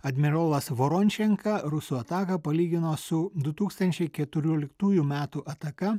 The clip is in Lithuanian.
admirolas vorončenka rusų ataką palygino su du tūkstančiai keturioliktųjų metų ataka